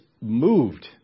moved